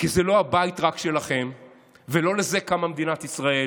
כי זה לא הבית רק שלכם ולא לזה קמה מדינת ישראל,